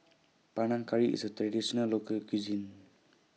Panang Curry IS A Traditional Local Cuisine